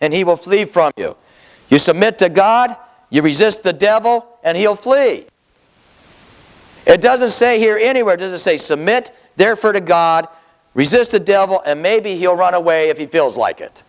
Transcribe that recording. and he will flee from you you submit to god you resist the devil and he will flee it doesn't say here anywhere does it say submit there for to god resist the devil and maybe he'll run away if he feels like it